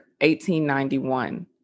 1891